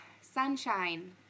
sunshine